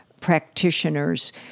practitioners